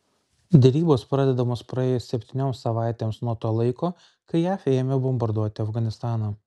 derybos pradedamos praėjus septynioms savaitėms nuo to laiko kai jav ėmė bombarduoti afganistaną